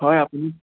হয় আপুনি